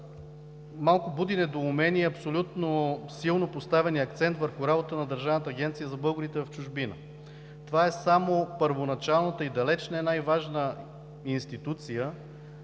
малко буди недоумение абсолютно силно поставеният акцент върху работата на Държавната агенция за българите в чужбина. Това е само първоначалната и далеч не най-важна институция,